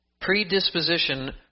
predisposition